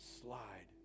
slide